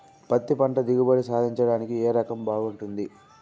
పత్తి పంట దిగుబడి సాధించడానికి ఏ రకం బాగుంటుంది?